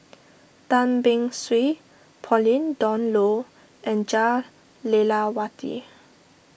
Tan Beng Swee Pauline Dawn Loh and Jah Lelawati